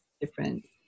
different